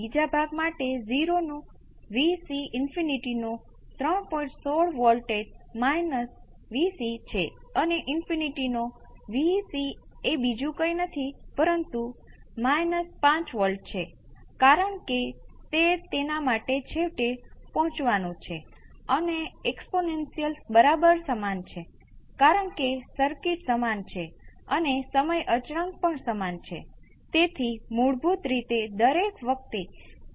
તેથી એક વસ્તુ જે આપણે અવલોકન કરી શકીએ છીએ તે એ છે કે અહીં ફોર્સ રિસ્પોન્સનો કોએફિસિયન્ત હશે સાથે સિસ્ટમ માટે અનંત ગેઇન હશે કારણ કે તેનો હવે તેનો પોતાનો નેચરલ રિસ્પોન્સ છે આ વધુ સ્પષ્ટ થશે જ્યારે આપણી પાસે સાઇનોસોઇડલ ઇનપુટ્સ હશે અને સાઇનોસોઇડલ નેચરલ રિસ્પોન્સ વાળી સર્કિટ હશે